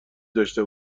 داشته